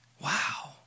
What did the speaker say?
Wow